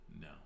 no